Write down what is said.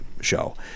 show